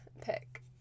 pick